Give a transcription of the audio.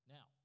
Now